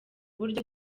buryo